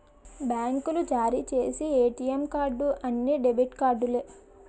బ్యాంకులు జారీ చేసి ఏటీఎం కార్డు అన్ని డెబిట్ కార్డులే